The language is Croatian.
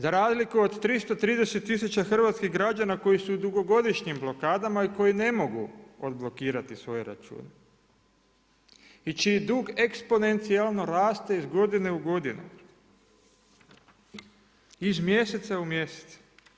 Za razliku od 330 tisuća hrvatskih građana koji su u dugogodišnjim blokadama i koji ne mogu odblokirati svoj račun i čiji dug eksponencijalno raste iz godine u godinu, iz mjeseca u mjesec.